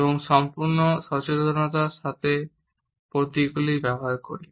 এবং সম্পূর্ণ সচেতনতার সাথে প্রতীকগুলি ব্যবহার করি